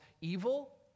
evil